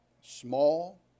small